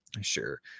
sure